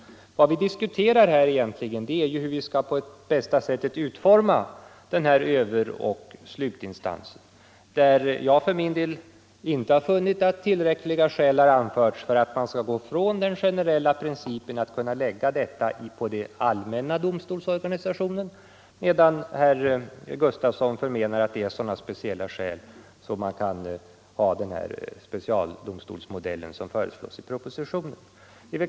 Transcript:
Vad vi diskuterar är egentligen hur vi på bästa sätt skall utforma denna överoch slutinstans, där jag för min del inte funnit att tillräckliga skäl har anförts för att man skall gå från den generella principen att hålla samman en allmän domstolsorganisation, medan herr Gustafsson förmenar att det föreligger så speciella skäl att vi bör ha den specialdomstolsmodell som föreslås i propositionen.